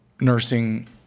nursing